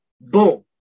Boom